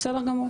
בסדר גמור.